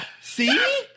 see